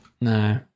no